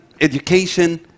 education